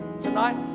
tonight